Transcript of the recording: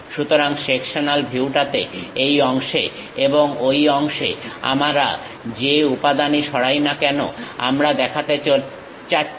সুতরাং সেকশনাল ভিউটাতে এই অংশে এবং ঐ অংশে আমরা যে উপাদানই সরাই না কেন আমরা দেখাতে চাচ্ছি